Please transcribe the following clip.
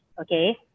okay